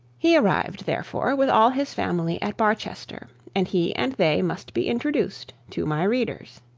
he arrived, therefore, with all his family at barchester, and he and they must be introduced to my readers.